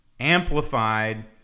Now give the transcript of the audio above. amplified